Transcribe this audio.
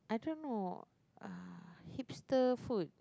I don't know uh hipster food